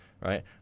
right